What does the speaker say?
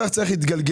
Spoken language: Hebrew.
אזרח צריך להתגלגל,